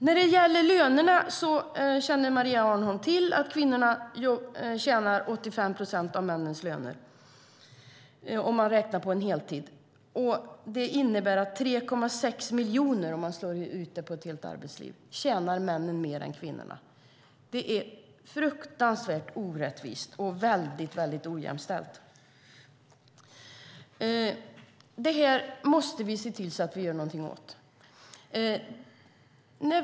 Maria Arnholm känner till att kvinnorna har 85 procent av männens löner om man räknar på en heltid. Om man slår ut det på ett helt arbetsliv innebär det att männen tjänar 3,6 miljoner mer än kvinnorna. Det är fruktansvärt orättvist och mycket ojämställt. Vi måste göra någonting åt detta.